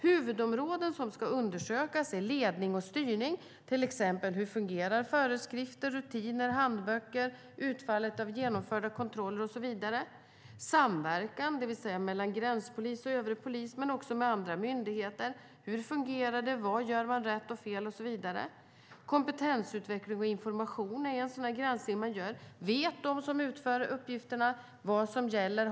Huvudområden som ska undersökas är ledning och styrning, till exempel hur föreskrifter, rutiner och handböcker fungerar, utfallet av genomförda kontroller och så vidare. Hur fungerar samverkan mellan gränspolis och övrig polis men också med andra myndigheter? Vad gör man rätt och fel och så vidare? Kompetensutveckling och information är en annan granskning man gör. Vet de som utför uppgifterna vad som gäller?